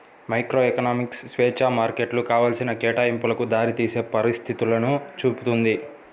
microeconomics స్వేచ్ఛా మార్కెట్లు కావాల్సిన కేటాయింపులకు దారితీసే పరిస్థితులను చూపుతుంది